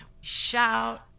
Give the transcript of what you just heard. shout